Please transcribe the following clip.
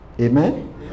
Amen